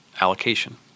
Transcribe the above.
allocation